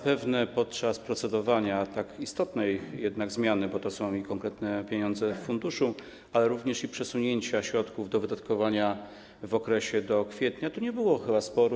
Podczas procedowania nad tak istotną zmianą - bo to są konkretne pieniądze w funduszu, ale również przesunięcia środków do wydatkowania w okresie do kwietnia - nie było chyba sporu.